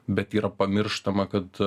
bet yra pamirštama kad